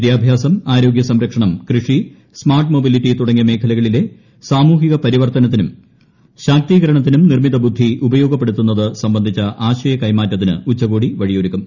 വിദ്യാഭ്യാസം ആരോഗ്യ സംരക്ഷണം കൃഷി സ്മാർട്ട് മൊബിലിറ്റി തുടങ്ങിയ മേഖലകളിലെ സാമൂഹിക പരിവർത്തനത്തിനും ശാക്തീകരണത്തിനും നിർമിതബുദ്ധി ഉപയോഗപ്പെടുത്തുന്നത് സംബന്ധിച്ച ആശയ കൈമാറ്റത്തിന് ഉച്ചകോടി വഴിയൊരുക്കും